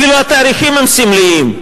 אפילו התאריכים סמליים,